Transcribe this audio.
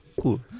cool